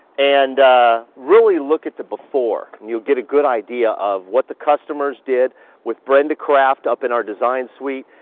and really look at the before and you'll get a good idea of what the customers did with brenda craft up in our design suite,